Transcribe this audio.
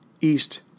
east